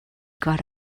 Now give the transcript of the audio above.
got